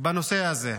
בנושא הזה.